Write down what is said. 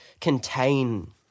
contain